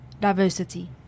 diversity